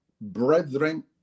brethren